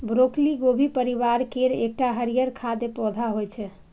broccoli गोभी परिवार केर एकटा हरियर खाद्य पौधा होइ छै